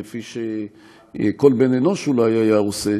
כפי שכל בן אנוש אולי היה עושה,